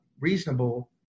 reasonable